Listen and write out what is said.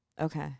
Okay